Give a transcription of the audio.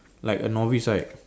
like a novice right